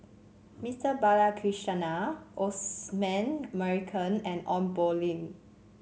Mister Balakrishnan Osman Merican and Ong Poh Lim